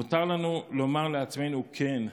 מותר לנו לומר לעצמנו: כן,